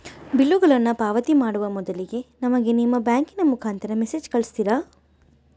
ಬಿಲ್ಲುಗಳನ್ನ ಪಾವತಿ ಮಾಡುವ ಮೊದಲಿಗೆ ನಮಗೆ ನಿಮ್ಮ ಬ್ಯಾಂಕಿನ ಮುಖಾಂತರ ಮೆಸೇಜ್ ಕಳಿಸ್ತಿರಾ?